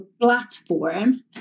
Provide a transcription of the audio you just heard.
platform